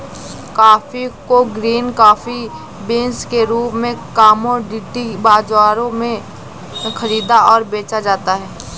coffee को green coffee beans के रूप में कॉमोडिटी बाजारों में खरीदा और बेचा जाता है